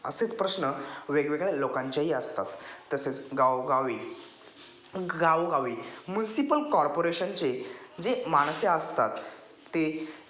असेच प्रश्न वेगवेगळ्या लोकांच्याही असतात तसेच गावगावी गावोगावी मुन्सिपल कॉर्पोरेशनचे जे माणसे असतात ते